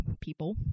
people